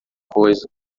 coisa